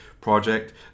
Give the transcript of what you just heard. Project